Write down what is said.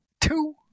two